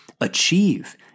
achieve